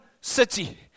city